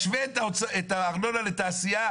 משווה את הארנונה לתעשייה